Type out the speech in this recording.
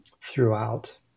throughout